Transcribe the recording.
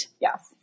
Yes